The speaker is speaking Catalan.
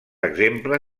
exemple